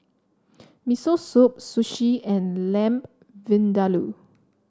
Miso Soup Sushi and Lamb Vindaloo